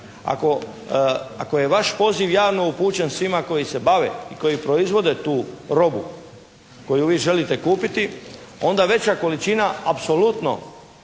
ako je vaš poziv javno upućen svima koji se bave i koji proizvode tu robu koju vi želite kupiti onda veća količina apsolutno